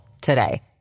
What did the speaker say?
today